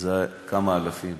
זה כמה אלפים